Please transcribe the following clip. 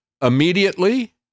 immediately